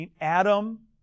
Adam